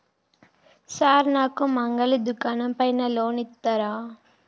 Sir నాకు మంగలి దుకాణం పైన లోన్ ఇత్తరా?